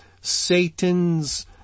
Satan's